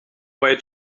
way